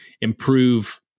improve